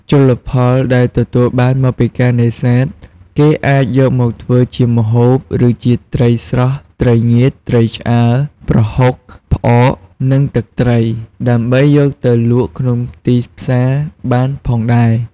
ជលផលដែលទទួលបានមកពីការនេសាទគេអាចយកមកធ្វើជាម្ហូប ឬជាត្រីស្រស់ ត្រីងៀត ត្រីឆ្អើរ ប្រហុក ផ្អក និងទឹកត្រី ដើម្បីយកទៅលក់ក្នុងទីផ្សារបានផងដែរ។